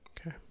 Okay